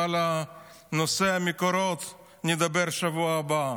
ועל נושא המקורות נדבר בשבוע הבא.